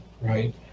right